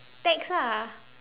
tax ah